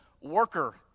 worker